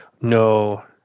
no